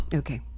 okay